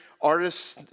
artists